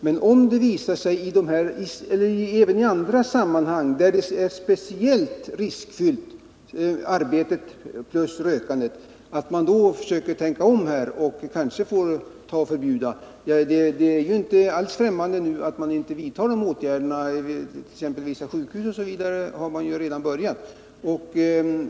Men om det visar sig att ett arbete även i andra sammanhang är speciellt riskfyllt i kombination med rökande, då är det viktigt att man försöker tänka om och att man kanske också överväger att införa ett förbud. 162 Man är ju på sina håll inte alls ffrämmande för att vidta en sådan åtgärd. Exempelvis har man infört förbud på vissa sjukhus.